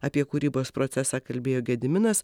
apie kūrybos procesą kalbėjo gediminas